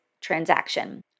transaction